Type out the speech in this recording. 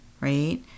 Right